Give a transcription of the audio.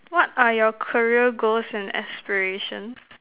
what are your career goals and aspirations